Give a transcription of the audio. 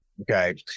Okay